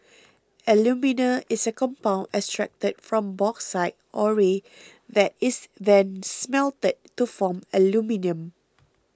alumina is a compound extracted from bauxite ore that is then smelted to form aluminium